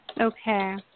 Okay